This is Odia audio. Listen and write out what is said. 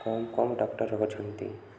କମ୍ କମ୍ ଡକ୍ଟର ଅଛନ୍ତି